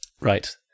Right